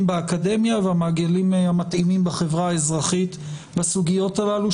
באקדמיה והמעגלים המתאימים בחברה האזרחית בסוגיות הללו,